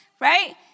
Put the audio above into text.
right